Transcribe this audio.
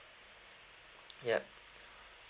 yup